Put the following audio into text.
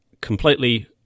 completely